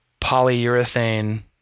polyurethane